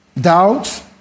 doubt